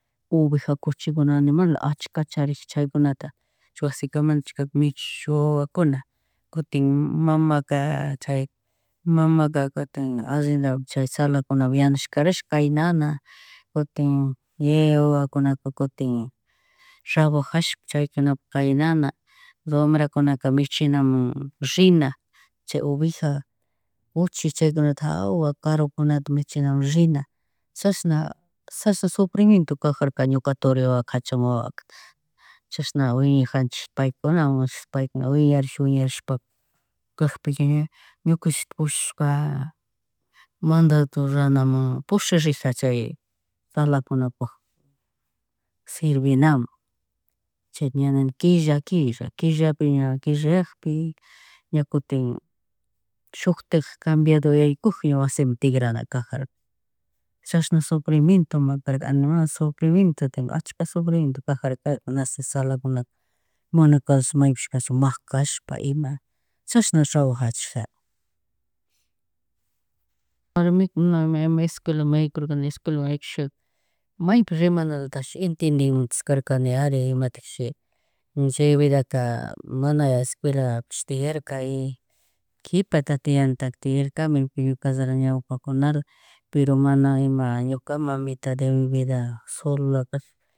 Oveja, cuchiguna animal achka charik, chaykuna chaykunata wasaikamak chika mishish wawakuna, kutin mamaka chay mamaka kutik allendapi chay tzalakunavi yanush karash kaynana, kutin yaya wawakunaka kutin trabajashpa chaykunapi kaynana wambrakunaka misnhinamun rina chay oveja, cuchi, chaykunata jawa karukunata michinamun rina chashna, chishna sufrimiento kajarka ñuka turi wawa, kachun wawaka chashna wiñajanchik paykunawan paykuna wiñarish wiñarishpa, kagpika ña ñukanchik pushaka mando ruranamun pusharikja chay tzalakunapuk. Sirvenamun, chika ña nini killa, killa, killapi ña killayakpi ña kutin shutik cambiado yaykupik ña wasiman tigrana kajarka. Chashna sufriemiento ma karka animal, sufrimiento, ashka sufrimeitno kajarkaka tzalakuna mana kallush maypish kachun makashpa ima chishna trabajachikja. Warmiku, na ima escuelamun na yarkurkani escuelamun yakusha maypi rimalatash entedimuchishkarkaniari imatikshi chay vidaka mana escuelapish tiyarka y kipata tiyanataka tiyarkami pero ñuka kalla ñawpakunala pero mana ima ñuka mamita de mi vida solola kashpa.